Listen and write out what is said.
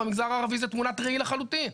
במגזר הערבי זה תמונת ראי לחלוטין.